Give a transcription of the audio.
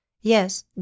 Yes